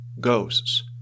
ghosts